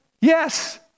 Yes